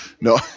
No